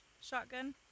shotgun